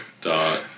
dot